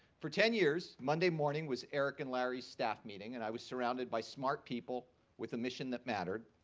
for ten years, monday morning was eric and larry's staff meeting. and i was surrounded by smart people with a mission that mattered.